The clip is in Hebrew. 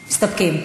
מסתפקים.